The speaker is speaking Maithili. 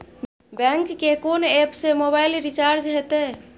बैंक के कोन एप से मोबाइल रिचार्ज हेते?